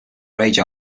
rage